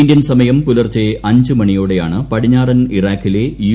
Indian സമയം പൂലർച്ചെ അഞ്ച് മണിയോടെയാണ് പടിഞ്ഞാറൻ ഇറാഖിലെ യു